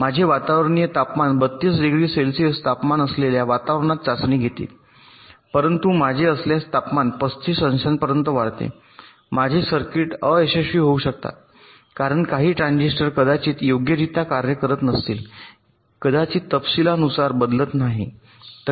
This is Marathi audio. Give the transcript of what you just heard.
माझे वातावरणीय तापमान 32 डिग्री सेल्सिअस तापमान असलेल्या वातावरणात चाचणी घेते परंतु माझे असल्यास तापमान 35 अंशांपर्यंत वाढते माझे सर्किट अयशस्वी होऊ शकतात कारण काही ट्रांजिस्टर कदाचित योग्यरित्या कार्य करीत नसतील कदाचित तपशीलानुसार बदलत नाही